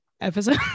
episode